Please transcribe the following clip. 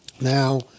Now